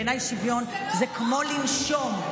בעיניי שוויון הוא כמו לנשום,